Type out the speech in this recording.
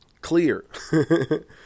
clear